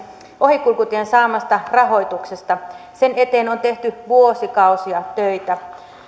ohikulkutien saamasta rahoituksesta sen eteen on tehty vuosikausia töitä